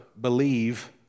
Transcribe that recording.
believe